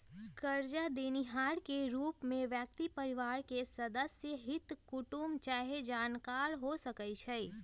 करजा देनिहार के रूप में व्यक्ति परिवार के सदस्य, हित कुटूम चाहे जानकार हो सकइ छइ